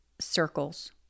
circles